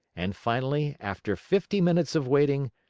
and finally, after fifty minutes of waiting,